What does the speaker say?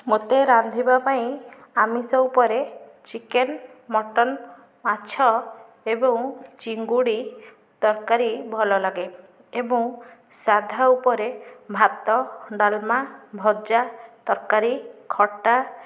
ମୋତେ ରାନ୍ଧିବାପାଇଁ ଆମିଷ ଉପରେ ଚିକେନ ମଟନ ମାଛ ଏବଂ ଚିଙ୍ଗୁଡ଼ି ତରକାରୀ ଭଲଲାଗେ ଏବଂ ସାଧା ଉପରେ ଭାତ ଡାଲମା ଭଜା ତରକାରୀ ଖଟା